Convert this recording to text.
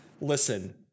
listen